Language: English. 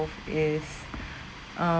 is um